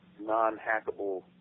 non-hackable